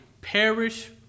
perish